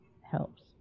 helps